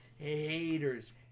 haters